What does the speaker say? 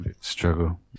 struggle